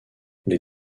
les